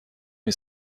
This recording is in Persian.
این